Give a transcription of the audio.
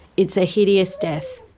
it's a hideous death.